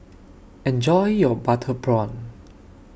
Enjoy your Butter Prawn